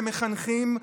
למחנכים,